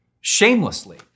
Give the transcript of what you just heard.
Shamelessly